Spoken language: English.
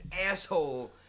asshole